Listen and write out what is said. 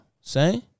Say